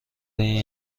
این